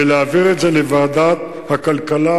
ולהעביר את זה לוועדת הכלכלה,